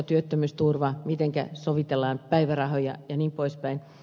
työttömyysturva miten sovitellaan päivärahoja jnp